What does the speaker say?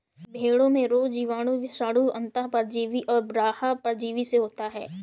भेंड़ों में रोग जीवाणु, विषाणु, अन्तः परजीवी और बाह्य परजीवी से होता है